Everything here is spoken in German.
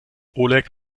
oleg